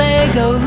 Lego